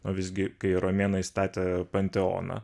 o visgi kai romėnai statė panteoną